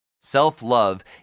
Self-love